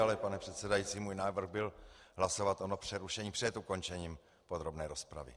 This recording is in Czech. Ale pane předsedající, můj návrh byl hlasovat ono přerušení před ukončením podrobné rozpravy.